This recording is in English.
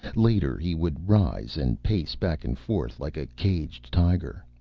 later, he would rise and pace back and forth like a caged tiger.